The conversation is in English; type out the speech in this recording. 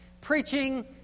preaching